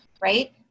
right